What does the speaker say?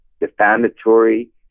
defamatory